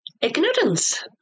ignorance